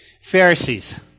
Pharisees